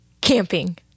camping